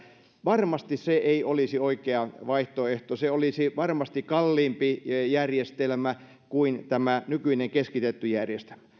varmasti se ei olisi oikea vaihtoehto se olisi varmasti kalliimpi järjestelmä kuin tämä nykyinen keskitetty järjestelmä